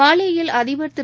மாலேயில் அதிபர் திரு